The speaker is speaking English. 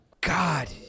God